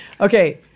Okay